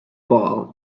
ball